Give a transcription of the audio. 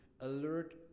alert